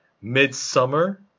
Midsummer